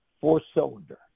four-cylinder